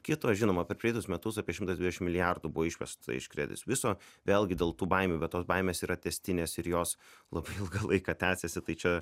kito žinoma per praeitus metus apie šimtas dvidešim milijardų buvo išvesta iš kredits viso vėlgi dėl tų baimių bet tos baimės yra tęstinės ir jos labai ilgą laiką tęsiasi tai čia